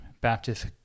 Baptist